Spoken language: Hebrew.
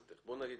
בוא נגיד